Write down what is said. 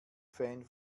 fan